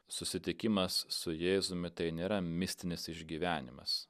susitikimas su jėzumi tai nėra mistinis išgyvenimas